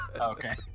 Okay